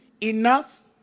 enough